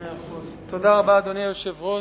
תודה רבה, אדוני היושב-ראש.